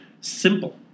simple